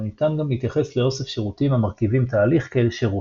אבל ניתן גם להתייחס לאוסף שירותים המרכיבים תהליך כאל שירות.